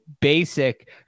basic